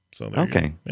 Okay